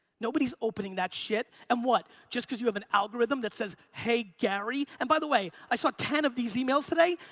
nobody's opening that shit. and what, just cause you have an algorithm that says, hey gary? and by the way, i saw ten of these emails today.